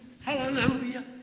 hallelujah